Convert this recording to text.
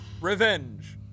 revenge